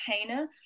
container